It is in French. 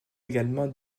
également